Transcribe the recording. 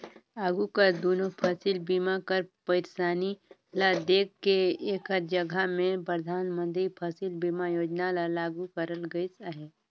आघु कर दुनो फसिल बीमा कर पइरसानी ल देख के एकर जगहा में परधानमंतरी फसिल बीमा योजना ल लागू करल गइस अहे